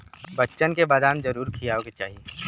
बच्चन के बदाम जरूर खियावे के चाही